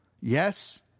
Yes